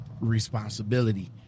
responsibility